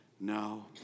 no